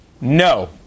No